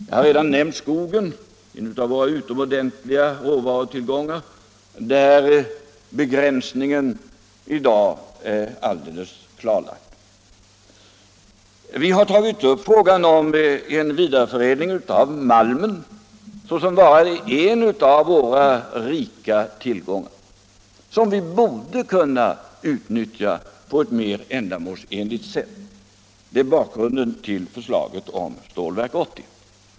Jag har redan nämnt skogen — en av våra utomordentliga råvarutillgångar — där begränsningen i dag är alldeles klarlagd. Vi har också tagit upp frågan om en vidareförädling av malmen såsom varande en av våra rika tillgångar, som vi borde kunna utnyttja på ett mer ändamålsenligt sätt. — Detta är bakgrunden till förslaget om Stålverk 80.